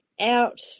out